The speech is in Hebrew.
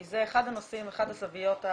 כי זה אחד הנושאים, אחת הזויות החשובות.